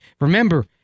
Remember